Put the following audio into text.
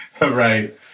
Right